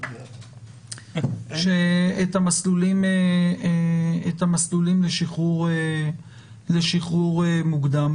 את המסלולים לשחרור מוקדם.